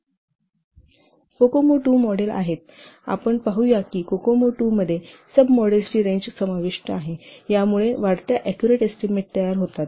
COCOMO II model आहेत आपण पाहू या की कोकोमो II मध्ये सब मॉडेल्सची रेंज समाविष्ट आहे यामुळे ऍक्युरेट एस्टीमेट तयार होतात